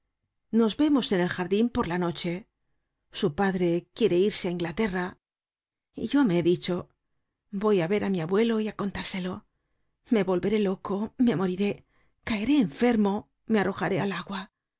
nos vemos en el jar din por la noche su padre quiere irse á inglaterra y yo me he dicho voy á ver á mi abuelo y á contárselo me volveré loco me moriré caeré enfermo me arrojaré al agua